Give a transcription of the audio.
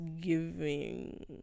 giving